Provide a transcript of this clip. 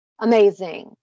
amazing